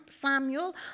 Samuel